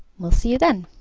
we'll see you then.